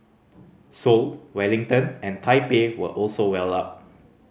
Seoul Wellington and Taipei were also well up